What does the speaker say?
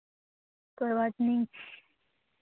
कोई बात नहीं